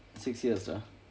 six years dah